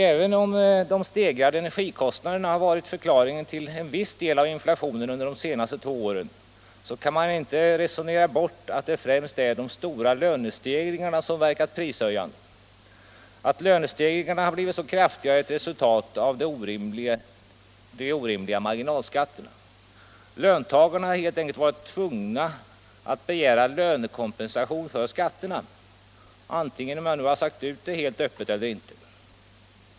Även om de stegrade energikostnderna har varit förklaringen till en viss del av inflationen under de senaste två åren så kan man inte resonera bort att det främst är de stora lönestegringarna som verkat prishöjande. Att lönestegringarna har blivit så kraftiga är ett resultat av de orimliga marginalskatterna. Löntagarna har helt enkelt varit tvungna att begära lönekompensation för skatterna, antingen man nu har sagt ut Allmänpolitisk debatt debatt det helt öppet eller inte.